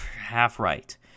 Half-right